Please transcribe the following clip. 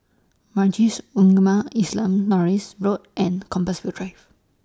Majlis Ugama Islam Norris Road and Compassvale Drive